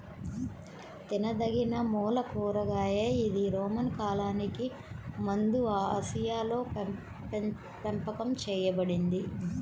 తినదగినమూల కూరగాయ ఇది రోమన్ కాలానికి ముందుఆసియాలోపెంపకం చేయబడింది